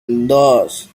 dos